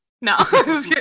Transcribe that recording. No